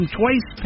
twice